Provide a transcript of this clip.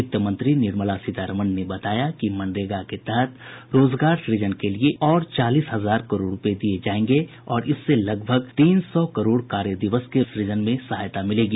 वित्त मंत्री निर्मला सीतारामन ने बताया कि मनरेगा के तहत रोजगार सृजन के लिए और चालीस हजार करोड रुपये दिए जाएंगे इससे लगभग तीन सौ करोड कार्य दिवस के रोजगार सृजन में सहायता मिलेगी